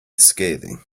scathing